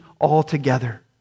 altogether